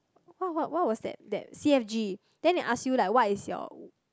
what what what was that C F G then they ask you like what is your